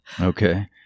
Okay